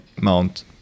mount